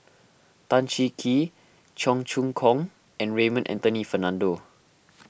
Tan Cheng Kee Cheong Choong Kong and Raymond Anthony Fernando